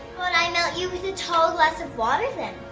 i melt you with a tall glass of water then?